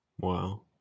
Wow